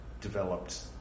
developed